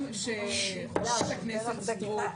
זאת שאלה שהשר בר לב ברח מלתת עליה תשובה אתמול,